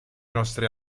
nostri